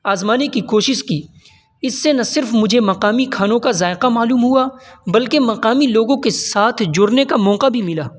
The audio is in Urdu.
آزمانے کی کوشش کی اس سے نہ صرف مجھے مقامی کھانوں کا ذائقہ معلوم ہوا بلکہ مقامی لوگوں کے ساتھ جڑنے کا موقع بھی ملا